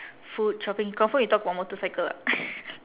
food shopping confirm you talk about motorcycle what